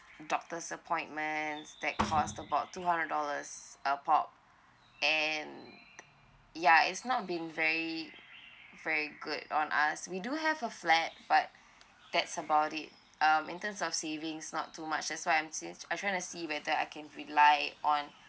doctor's appointment that cost about two hundred dollars upon and ya it's not been very very good on us we do have a flat but that's about it um in terms of saving's not too much that's why I'm see I try to see whether I can rely on